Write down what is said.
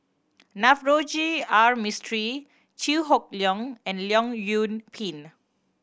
Navroji R Mistri Chew Hock Leong and Leong Yoon Pin